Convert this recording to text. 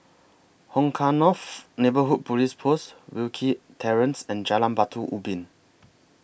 Hong Kah North Neighbourhood Police Post Wilkie Terrace and Jalan Batu Ubin